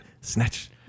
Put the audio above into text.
snatch